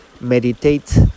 ...meditate